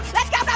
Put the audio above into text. let's go